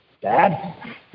Dad